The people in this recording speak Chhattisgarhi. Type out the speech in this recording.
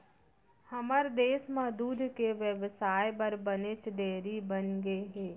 हमर देस म दूद के बेवसाय बर बनेच डेयरी बनगे हे